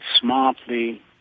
smartly